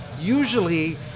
Usually